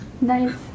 Nice